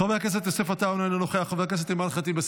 חבר הכנסת אחמד טיבי,